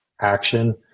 action